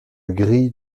grille